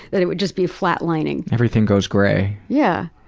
that it would just be flat lining. everything goes grey. yeah